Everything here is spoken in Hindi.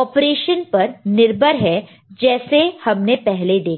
ऑपरेशन पर निर्भर है जैसे हमने पहले देखा था